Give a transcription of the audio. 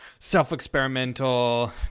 Self-experimental